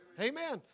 Amen